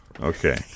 Okay